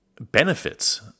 benefits